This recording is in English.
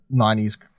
90s